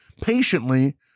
patiently